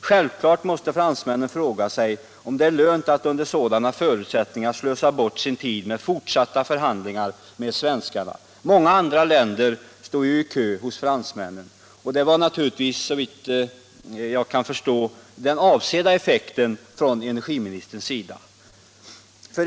Självklart måste fransmännen fråga sig om det är lönt att under sådana förutsättningar slösa bort sin tid med fortsatta förhandlingar med svenskarna; många andra länder står ju i kö hos fransmännen. Detta var, såvitt jag kan förstå, den avsedda effekten från energiministerns sida.